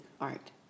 art